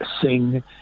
sing